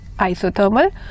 isothermal